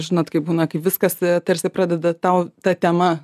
žinot kai būna kai viskas a taip tarsi pradeda tau ta tema